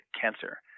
cancer